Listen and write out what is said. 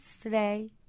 today